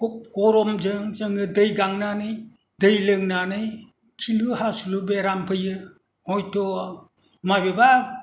गरमजों जोङो दै गांनानै दै लोंनानै खिलु हासुलु बेराम फैयो हयथ' माबेबा